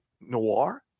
noir